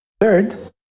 Third